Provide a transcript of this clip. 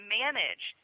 manage